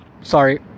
sorry